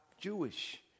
Jewish